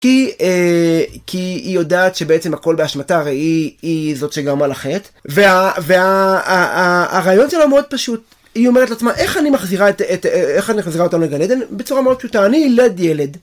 כי היא יודעת שבעצם הכל באשמתה הרי היא זאת שגרמה לחטא והרעיון שלה מאוד פשוט. היא אומרת לעצמה איך אני מחזירה אותה לגן עדן? בצורה מאוד פשוטה. אני אלד ילד